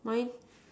mine